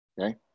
okay